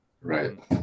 Right